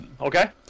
Okay